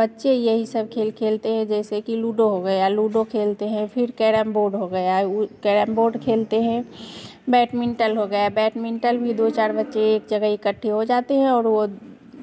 बच्चे यही सब खेल खेलते है जैसे कि लूडो हो गया लूडो खेलते हैं फिर कैरम बोर्ड हो गया वो कैरम बोर्ड खेलते हैं बैटमिन्टन हो गया बैटमिन्टन में दो चार बच्चे एक जगह इकट्ठे हो जाते हैं और वो